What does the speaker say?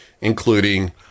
including